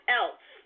else